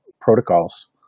protocols